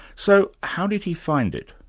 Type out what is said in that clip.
so how did he find it?